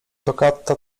toccata